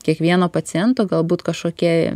kiekvieno paciento galbūt kažkokie